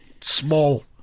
small